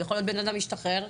יכול להיות שהאדם השתחרר,